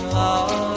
love